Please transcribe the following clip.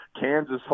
Kansas